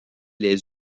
les